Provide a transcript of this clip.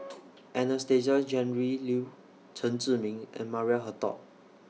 Anastasia Tjendri Liew Chen Zhiming and Maria Hertogh